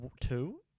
two